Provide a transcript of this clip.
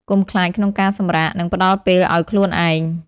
កុំខ្លាចក្នុងការសម្រាក និងផ្តល់ពេលឱ្យខ្លួនឯង។